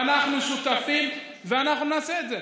ואנחנו שותפים, ונעשה את זה.